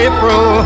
April